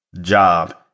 job